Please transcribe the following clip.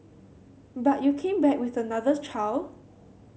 but you came back with another child